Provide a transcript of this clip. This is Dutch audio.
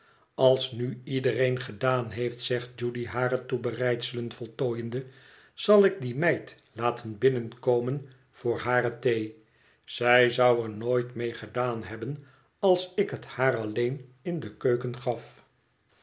als nu iedereen gedaan heeft zegt judy hare toebereidselen voltooiende zal ik die meid laten binnenkomen voor hare thee zij zou er nooit mee gedaan hebben als ik het haar alleen in de keuken gaf